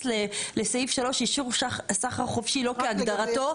לסעיף 3 אישור סחר חופשי לא כהגדרתו.